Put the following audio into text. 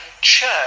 church